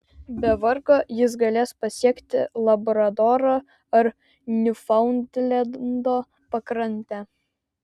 be vargo jis galės pasiekti labradoro ar niufaundlendo pakrantę